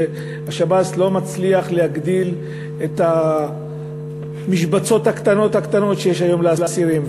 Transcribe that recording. שהשב"ס לא מצליח להגדיל את המשבצות הקטנות שיש היום לאסירים.